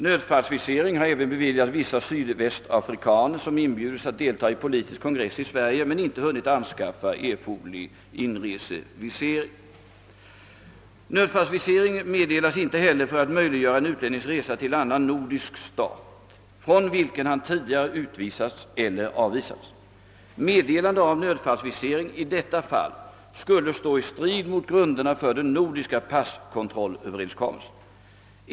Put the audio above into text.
Nödfallsvisering har även beviljats vissa sydvästafrikaner som inbjudits att delta i politisk kongress i Sverige men inte hunnit anskaffa erforderlig inresevisering. Nödfallsvisering meddelas inte för att möjliggöra en utlännings resa till annan nordisk stat, från vilken han tidigare utvisats eller avvisats. Meddelande av nödfallsvisering i detta fall skulle stå i strid mot grunderna för den nordiska passkontrollöverenskommelsen.